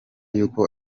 yuko